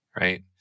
right